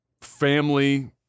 Family